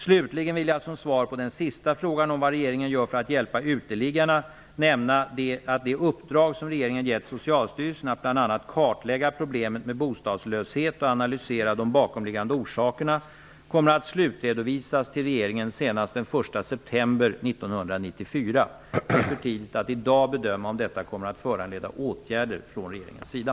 Slutligen vill jag som svar på den sista frågan om vad regeringen gör för att hjälpa uteliggare nämna att det uppdrag som regeringen gett Socialstyrelsen att bl.a. kartlägga problemet med bostadslöshet och analysera de bakomliggande orsakerna kommer att slutredovisas till regeringen senast den 1 september 1994. Det är för tidigt att i dag bedöma om detta kommer att föranleda åtgärder från regeringens sida.